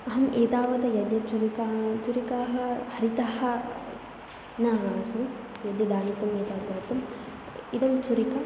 अहम् एतावत् यद्यद् छुरिका छुरिकाः हरिताः न आसन् या या आनीता एतावद् पार्यन्तम् इयं छुरिका